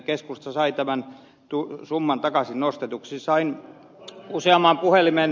keskusta sai tämän summan takaisin nostetuksi